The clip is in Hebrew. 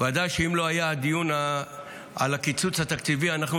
ודאי שאם לא היה דיון על הקיצוץ התקציבי, אנחנו